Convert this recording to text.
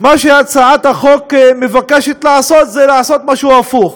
מה שהצעת החוק מבקשת לעשות זה משהו הפוך: